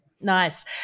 Nice